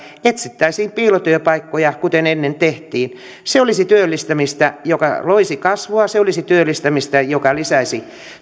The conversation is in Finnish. etsittäisiin piilotyöpaikkoja kuten ennen tehtiin se olisi työllistämistä joka loisi kasvua se olisi työllistämistä joka lisäisi